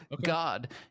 god